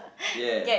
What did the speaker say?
yeah